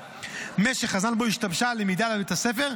משך הזמן שבו השתבשה הלמידה בבית הספר.